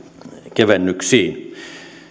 kevennyksiin